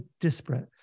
disparate